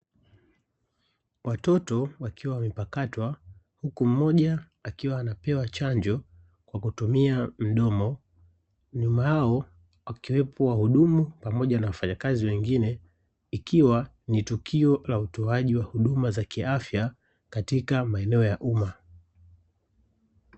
Watoto wakiwa wamepakatwa, huku mmoja akiwa anapewa chanjo kwa kutumia mdomo, nyuma yao wakiwepo wahudumu pamoja na wafanyakazi wengine, ikiwa ni tukio la utoaji wa huduma za kiafya katika maeneo ya umma.